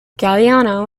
galliano